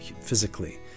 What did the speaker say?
physically